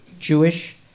Jewish